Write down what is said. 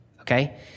okay